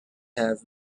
have